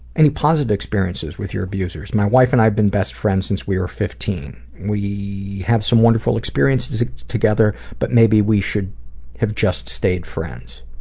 any positive experiences with your abusers? my wife and i have been best friends since we were fifteen. we had some wonderful experiences together but maybe we should have just stayed friends.